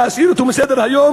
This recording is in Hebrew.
להסיר אותה מסדר-היום.